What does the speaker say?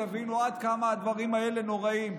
תבינו עד כמה הדברים האלה נוראיים.